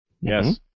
Yes